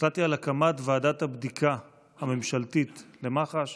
החלטתי על הקמת ועדת הבדיקה הממשלתית למח"ש.